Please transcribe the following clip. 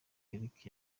eric